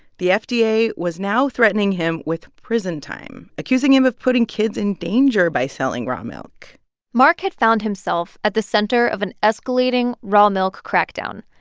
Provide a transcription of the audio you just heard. the fda was now threatening him with prison time, accusing him of putting kids in danger by selling raw milk mark had found himself at the center of an escalating raw milk crackdown.